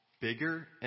bigger